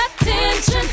attention